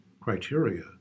criteria